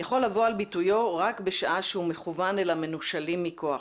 יכול לבוא על ביטויו רק בשעה שהוא מכוון אל המנושלים מכח.